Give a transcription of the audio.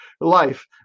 life